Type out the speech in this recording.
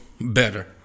better